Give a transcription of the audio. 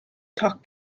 toc